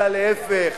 אלא להיפך,